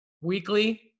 weekly